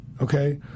okay